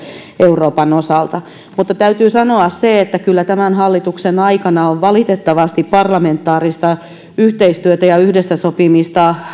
euroopan osalta mutta täytyy sanoa se että kyllä tämän hallituksen aikana on valitettavasti parlamentaarista yhteistyötä ja yhdessä sopimista